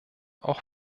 auch